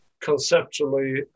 Conceptually